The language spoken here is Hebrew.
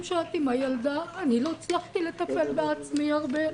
שאת עם הילדה' אני לא הצלחתי לטפל בעצמי הרבה,